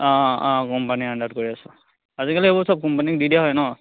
অঁ অঁ কোম্পানী আণ্ডাৰত কৰি আছোঁ আজিকালি এইবোৰ চব কোম্পানীক দি দিয়া হয় ন